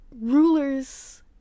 rulers